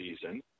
season